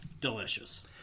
Delicious